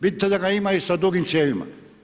Vidite da ga ima i sa dugim cijevima.